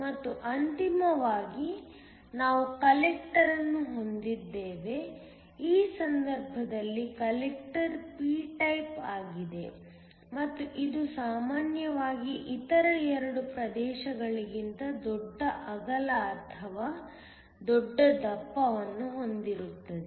ಮತ್ತು ಅಂತಿಮವಾಗಿ ನಾವು ಕಲೆಕ್ಟರ್ ಅನ್ನು ಹೊಂದಿದ್ದೇವೆ ಈ ಸಂದರ್ಭದಲ್ಲಿ ಕಲೆಕ್ಟರ್ p ಟೈಪ್ ಆಗಿದೆ ಮತ್ತು ಇದು ಸಾಮಾನ್ಯವಾಗಿ ಇತರ 2 ಪ್ರದೇಶಗಳಿಗಿಂತ ದೊಡ್ಡ ಅಗಲ ಅಥವಾ ದೊಡ್ಡ ದಪ್ಪವನ್ನು ಹೊಂದಿರುತ್ತದೆ